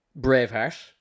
Braveheart